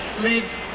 live